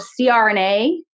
CRNA